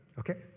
Okay